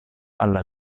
alla